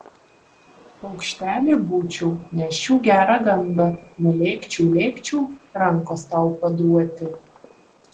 paukštelė būčiau neščiau gerą gandą nulėkčiau lėkčiau rankos tau paduoti